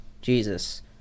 Jesus